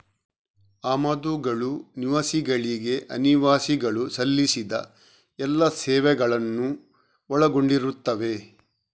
ಆಮದುಗಳು ನಿವಾಸಿಗಳಿಗೆ ಅನಿವಾಸಿಗಳು ಸಲ್ಲಿಸಿದ ಎಲ್ಲಾ ಸೇವೆಗಳನ್ನು ಒಳಗೊಂಡಿರುತ್ತವೆ